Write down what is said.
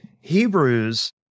Hebrews